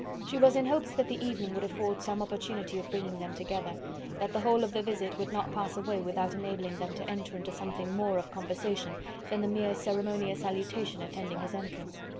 she was in hopes that the evening would afford some opportunity of bringing them together that the whole of the visit would not pass away without enabling them to enter into something more of conversation than the mere ceremonious salutation attending his entrance.